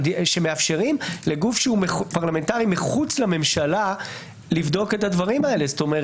שמאפשרים לגוף פרלמנטרי מחוץ לממשלה לבדוק את הדברים הללו.